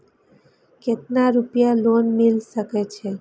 केतना रूपया लोन मिल सके छै?